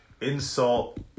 insult